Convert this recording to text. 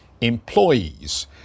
employees